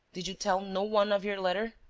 did you tell no one of your letter?